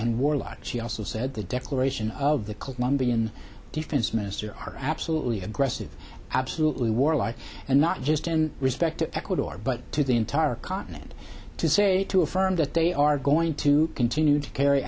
warlike she also said the declaration of the colombian defense minister are absolutely aggressive absolutely warlike and not just in respect to ecuador but to the entire continent to say to affirm that they are going to continue to carry